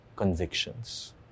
convictions